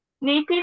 Native